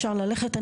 אפשר ללכת.